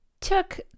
took